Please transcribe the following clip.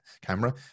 camera